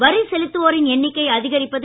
வரி செலுத்துவோரின் எண்ணிக்கையை அதிகரிப்பது